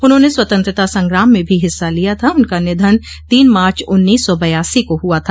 उन्होंने स्वतंत्रता संग्राम में भी हिस्सा लिया था उनका निधन तीन मार्च उन्नीस सौ बयासी को हुआ था